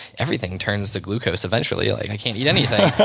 everything turns to glucose eventually. like i can't eat anything.